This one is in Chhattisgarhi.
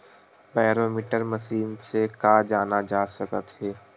बैरोमीटर मशीन से का जाना जा सकत हे?